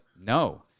no